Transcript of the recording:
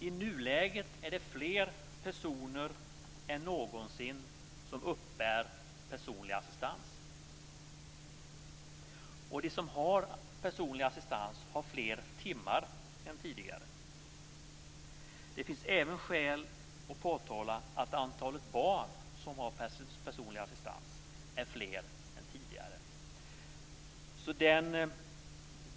I nuläget är det fler personer än någonsin som uppbär personlig assistans, och de som har personlig assistans har fler timmar än tidigare. Det finns även skäl att påtala att antalet barn som har personlig assistans är fler än tidigare.